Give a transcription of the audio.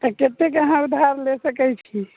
तऽ कतेके अहाँ उधार ले सकैत छी